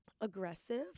aggressive